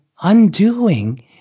undoing